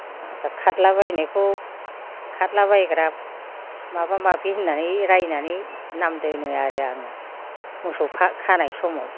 खारला बायनायखौ खारला बायग्रा माबा माबि होननानै रायनानै नाम दोनो आरो आङो मोसौ खानाय समाव